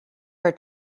her